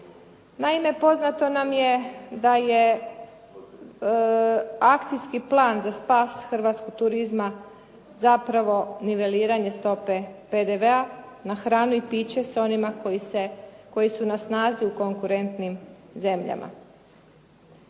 Naime, poznato nam je da je akcijski plan za spas hrvatskog turizma zapravo niveliranje stope PDV-a na hranu i piće s onima koji su na snazi u konkurentnim zemljama.